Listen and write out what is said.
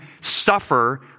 suffer